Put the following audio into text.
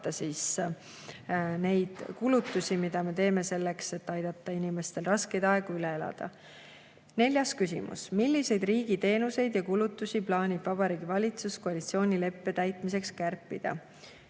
katta neid kulutusi, mis me teeme selleks, et aidata inimestel raskeid aegu üle elada. Neljas küsimus: "Milliseid riigi teenuseid ja kulutusi plaanib Vabariigi Valitsus koalitsioonileppe täitmiseks kärpida?"